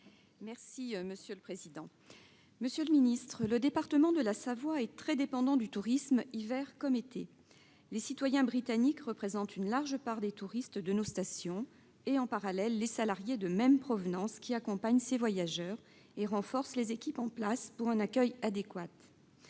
de l'Europe et des affaires étrangères. Le département de la Savoie est très dépendant du tourisme, hiver comme été. Les citoyens britanniques représentent une large part des touristes de nos stations ; de même pour les salariés de même provenance qui accompagnent ces voyageurs et renforcent les équipes en place pour un accueil adéquat.